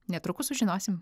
netrukus sužinosim